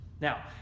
Now